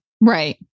Right